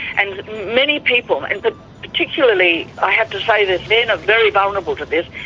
and many people, and but particularly, i have to say this, men are very vulnerable to this,